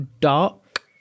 dark